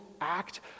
act